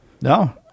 no